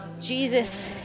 Jesus